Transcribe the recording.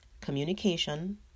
communication